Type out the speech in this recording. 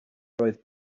roedd